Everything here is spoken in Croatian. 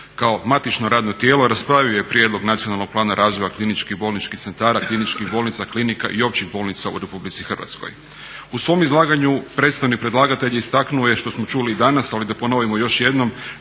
kao matično radno tijelo raspravio je prijedlog Nacionalnog plana razvoja kliničkih bolničkih centara, kliničkih bolnica, klinika i općih bolnica u RH. U svom izlaganju predstavnik predlagatelja istaknuo je što smo čuli i danas, ali da ponovimo još jednom,